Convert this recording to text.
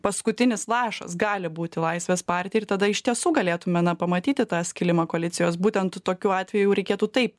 paskutinis lašas gali būti laisvės partijai ir tada iš tiesų galėtume na pamatyti tą skilimą koalicijos būtent tokiu atveju reikėtų taip